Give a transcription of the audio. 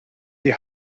die